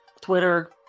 Twitter